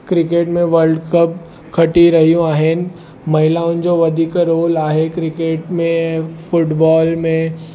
cricket में world cup खटी रहियूं आहिनि महिलाउनि जो वधीक रोल आहे क्रिकेट में ऐं फुटबॉल में